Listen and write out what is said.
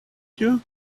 you